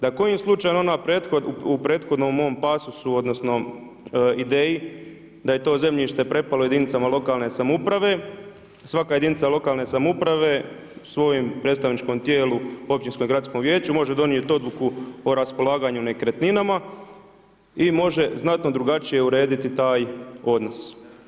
Da kojim slučajem ona u prethodnom mom pasusu, odnosno, ideji da je to zemljište pripalo jedinicama lokalne samouprave, svaka jedinica lokalne samouprave svojim predstavničkom tijelu, općinskom gradskom vijeću, može donijeti odluku o raspolaganju nekretninama i može znatno drugačije urediti taj odnos.